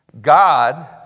God